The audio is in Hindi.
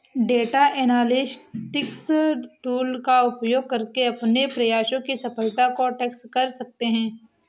डेटा एनालिटिक्स टूल का उपयोग करके अपने प्रयासों की सफलता को ट्रैक कर सकते है